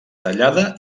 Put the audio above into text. tallada